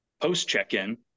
post-check-in